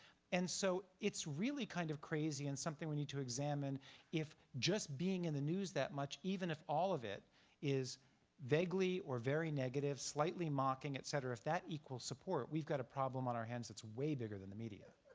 and so it's really kind of crazy and something we need to examine if just being in the news that much, even if all of it is vaguely or very negative, slightly mocking, et cetera, if that equals support we've got a problem on our hands that's way bigger than the media.